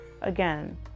again